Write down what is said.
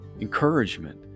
encouragement